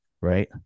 Right